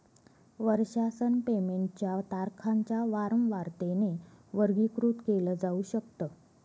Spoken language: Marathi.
वर्षासन पेमेंट च्या तारखांच्या वारंवारतेने वर्गीकृत केल जाऊ शकत